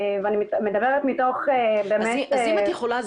ואני מדברת באמת מתוך --- אז אם את יכולה,